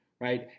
right